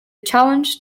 challenge